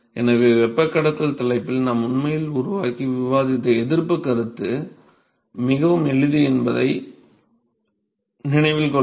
எனவே வெப்பக் கடத்தல் தலைப்பில் நாம் உண்மையில் உருவாக்கி விவாதித்த எதிர்ப்புக் கருத்து மிகவும் எளிது என்பதை நினைவில் கொள்ளுங்கள்